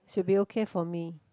should be okay for me